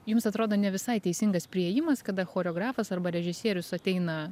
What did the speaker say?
jums atrodo ne visai teisingas priėjimas kada choreografas arba režisierius ateina